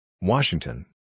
Washington